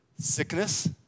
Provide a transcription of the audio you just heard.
sickness